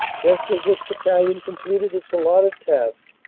just as this battalion completed its allotted task,